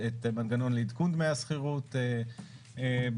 את מנגנון עדכון דמי השכירות בדירה